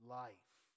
life